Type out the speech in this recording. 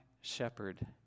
shepherd